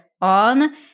on